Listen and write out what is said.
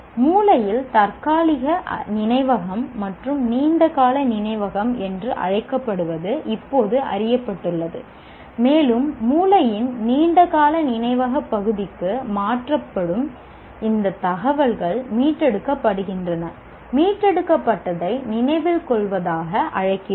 மூளையில் தற்காலிக நினைவகம் மற்றும் நீண்ட கால நினைவகம் என்று அழைக்கப்படுவது இப்போது அறியப்பட்டுள்ளது மேலும் மூளையின் நீண்ட கால நினைவக பகுதிக்கு மாற்றப்படும் இந்த தகவல்கள் மீட்டெடுக்கப்படுகின்றன மீட்டெடுக்கப்பட்டதை நினைவில் கொள்வதாக அழைக்கிறோம்